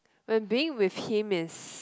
with being with him is